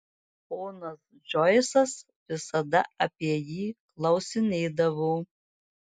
ponas džoisas visada apie jį klausinėdavo